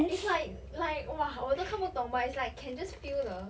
it's like like 哇我都看不懂 but is like can just feel the